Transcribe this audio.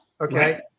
Okay